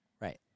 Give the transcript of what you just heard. Right